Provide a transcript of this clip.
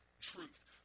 truth